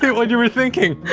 yeah like you were thinking!